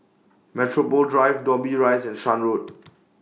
Metropole Drive Dobbie Rise and Shan Road